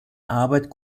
arbeit